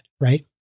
right